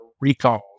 recalls